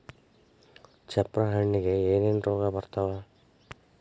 ಚಪ್ರ ಹಣ್ಣಿಗೆ ಏನೇನ್ ರೋಗ ಬರ್ತಾವ?